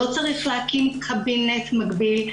לא צריך להקים קבינט מקביל,